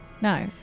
No